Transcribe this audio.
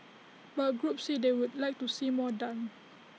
but groups say they would like to see more done